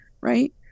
right